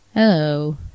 Hello